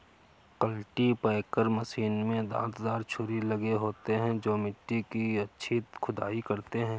cultipacker machine में दांत दार छुरी लगे होते हैं जो मिट्टी की अच्छी खुदाई करते हैं